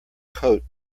coat